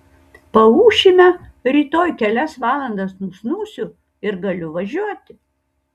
paūšime rytoj kelias valandas nusnūsiu ir galiu važiuoti